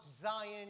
Zion